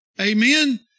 Amen